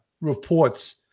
reports